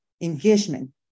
engagement